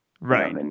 Right